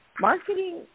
marketing